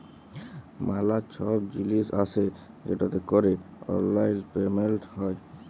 ম্যালা ছব জিলিস আসে যেটতে ক্যরে অললাইল পেমেলট হ্যয়